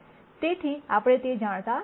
તેથી આપણે તે જાણતા નથી